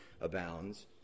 abounds